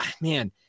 Man